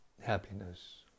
happiness